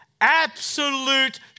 Absolute